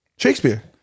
Shakespeare